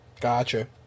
Gotcha